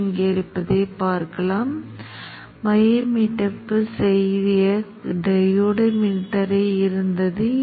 இங்கே திரும்பி வரும்போது இது வெளியீட்டு அலை வடிவம் என்பதை நீங்கள் தெளிவாக பார்க்கலாம்